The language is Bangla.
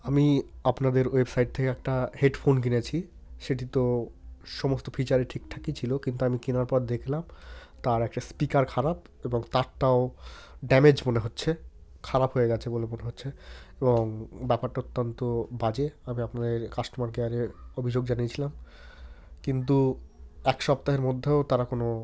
আমি আপনাদের ওয়েবসাইট থেকে একটা হেডফোন কিনেছি সেটি তো সমস্ত ফিচারে ঠিকঠাকই ছিল কিন্তু আমি কেনার পর দেখলাম তার একটা স্পিকার খারাপ এবং তারটাও ড্যামেজ মনে হচ্ছে খারাপ হয়ে গিয়েছে বলে মনে হচ্ছে এবং ব্যাপারটা অত্যন্ত বাজে আমি আপনাদের কাস্টমার কেয়ারে অভিযোগ জানিয়েছিলাম কিন্তু এক সপ্তাহের মধ্যেও তারা কোনো